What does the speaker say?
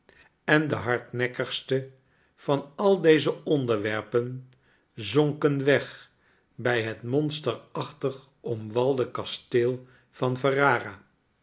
en de hardnekkigsten van al deze onderwerpen zonken weg bij het monsterachtig omwalde kasteel van